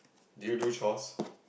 do you do chores